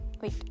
Wait